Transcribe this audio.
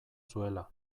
zuela